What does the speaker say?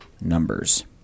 numbers